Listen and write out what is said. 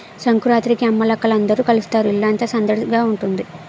సంకురాత్రికి అమ్మలక్కల అందరూ కలుస్తారు ఇల్లంతా సందడిగుంతాది